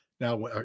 Now